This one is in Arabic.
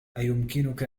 أيمكنك